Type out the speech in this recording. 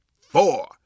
four